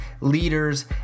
leaders